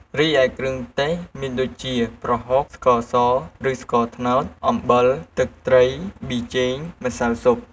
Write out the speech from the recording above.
រីឯ គ្រឿងទេស មានដូចជា ប្រហុក ស្ករស ឬស្ករត្នោត អំបិល ទឹកត្រី ប៊ីចេង ម្សៅស៊ុប។